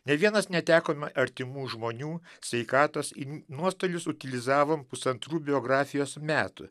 ne vienas netekome artimų žmonių sveikatos į nuostolius utilizavom pusantrų biografijos metui